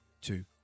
two